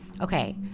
Okay